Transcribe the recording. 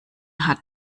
hat